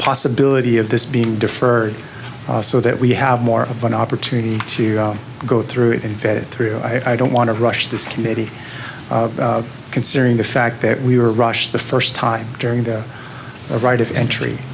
possibility of this being deferred so that we have more of an opportunity to go through it and vet it through i don't want to rush this committee considering the fact that we were rushed the first time during the right of entry